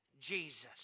Jesus